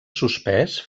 suspès